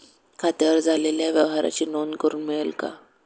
खात्यावर झालेल्या व्यवहाराची नोंद करून मिळेल का?